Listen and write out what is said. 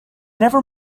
never